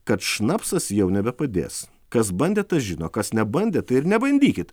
kad šnapsas jau nebepadės kas bandė tas žino kas nebandė tai ir nebandykit